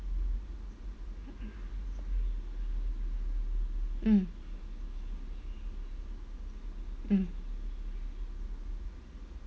mm mm